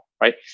right